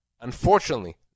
Unfortunately